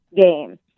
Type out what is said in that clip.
game